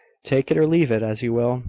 take it or leave it, as you will.